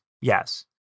yes